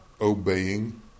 obeying